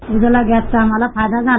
उज्ज्वला गॅसचा आम्हाला फायदा झाला